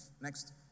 Next